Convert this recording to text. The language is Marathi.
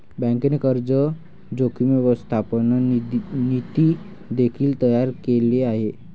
बँकेने कर्ज जोखीम व्यवस्थापन नीती देखील तयार केले आहे